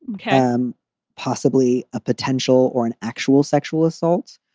and um possibly a potential or an actual sexual assault,